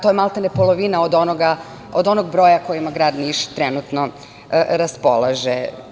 To je maltene polovina od onog broja kojim trenutno grad Niš raspolaže.